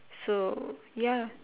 so ya